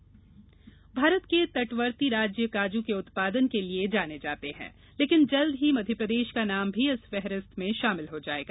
काजू खेती भारत के तटवर्ती राज्य काजू के उत्पादन के लिए जाने जाते हैं लेकिन जल्द की मध्यप्रदेश का नाम भी इस फहरिस्त में शामिल हो जाएगा